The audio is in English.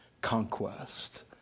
conquest